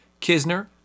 Kisner